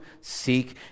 seek